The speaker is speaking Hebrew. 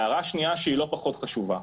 ההערה השנייה, שהיא לא פחות חשובה,